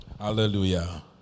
Hallelujah